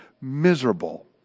miserable